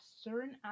certain